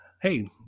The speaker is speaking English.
hey